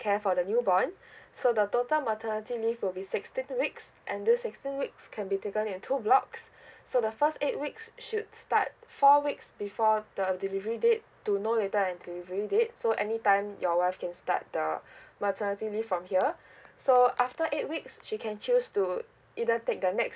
care for the newborn so the total maternity leave will be sixteen weeks and these sixteen weeks can be taken in two blocks so the first eight weeks should start four weeks before the delivery date to no later than delivery date so any time your wife can start the maternity leave from here so after eight weeks she can choose to either take the next